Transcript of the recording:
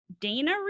Dana